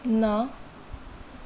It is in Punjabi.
ਨਾ